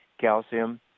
calcium